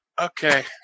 Okay